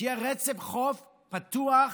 כדי שיהיה רצף חוף פתוח.